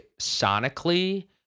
sonically